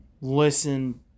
listen